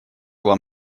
вам